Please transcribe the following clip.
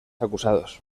acusados